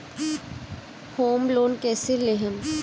Home loan कैसे लेहम?